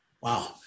Wow